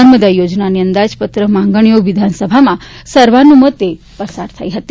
નર્મદા યોજનાની અંદાજપત્ર માંગણીઓ વિધાનસભામાં સર્વાનુમતે પસાર થઇ હતી